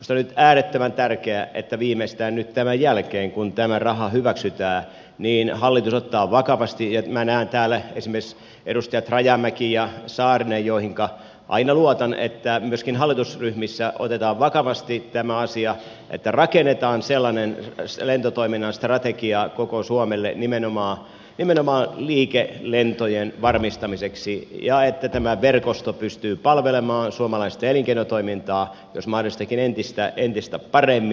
minusta on äärettömän tärkeää että viimeistään nyt tämän jälkeen kun tämä raha hyväksytään hallitus ottaa vakavasti ja minä näen täällä esimerkiksi edustajat rajamäen ja saarisen joihinka aina luotan että myöskin hallitusryhmissä otetaan vakavasti tämä asia että rakennetaan sellainen lentotoiminnan strategia koko suomelle nimenomaan liikelentojen varmistamiseksi että tämä verkosto pystyy palvelemaan suomalaista elinkeinotoimintaa jos mahdollista entistäkin paremmin